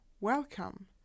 welcome